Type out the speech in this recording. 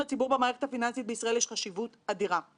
אני חייבת לומר שמלכתחילה ידעתי שמדובר באתגר אדיר